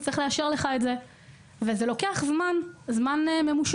אישור ההלוואה לוקח זמן ממושך.